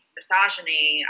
misogyny